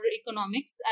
economics